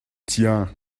tien